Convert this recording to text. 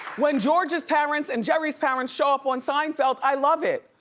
when george's parents and jerry's parents show up on seinfeld, i love it.